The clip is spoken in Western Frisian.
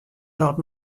dat